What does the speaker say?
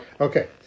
okay